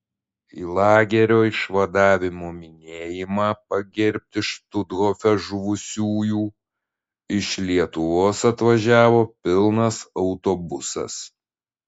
į lagerio išvadavimo minėjimą pagerbti štuthofe žuvusiųjų iš lietuvos atvažiavo pilnas autobusas